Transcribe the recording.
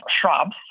shrubs